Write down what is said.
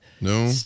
No